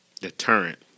deterrent